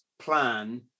Plan